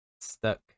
stuck